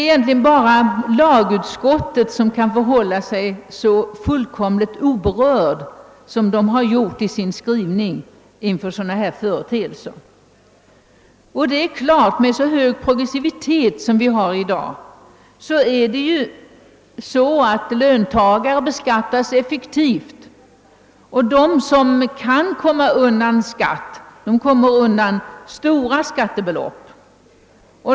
Egentligen är det bara lagutskottet som kan förhålla sig så fullkomligt oberört inför sådana företeelser som det gjort i sin skrivning. Det är givet att med den höga progressiviteten klarar sig de som kan undgå beskattning undan stora skattebelopp.